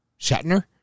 Shatner